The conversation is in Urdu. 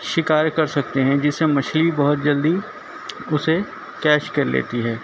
شکار کر سکتے ہیں جسے مچھلی بہت جلدی اسے کیچ کر لیتی ہے